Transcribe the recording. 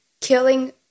killing